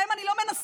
להם אני לא מנסה.